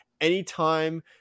anytime